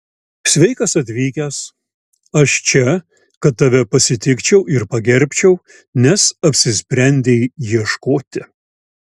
sveikas atvykęs aš čia kad tave pasitikčiau ir pagerbčiau nes apsisprendei ieškoti